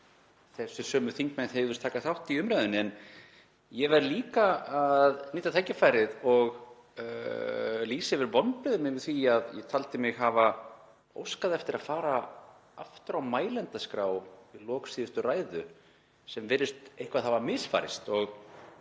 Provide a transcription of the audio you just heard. þessir sömu þingmenn hygðust taka þátt í umræðunni. Ég verð líka að nýta tækifærið og lýsa yfir vonbrigðum yfir því að ég taldi mig hafa óskað eftir að fara aftur á mælendaskrá við lok síðustu ræðu, en það virðist eitthvað hafa misfarist.